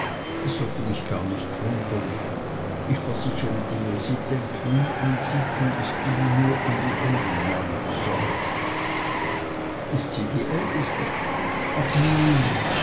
es sollte mich gar nicht wundern ich versichere dir sie denkt nie an sich und ist immer nur um die andern neun besorgt ist sie die älteste ach gott nein